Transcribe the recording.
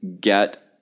get